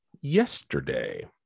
yesterday